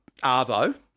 arvo